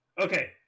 Okay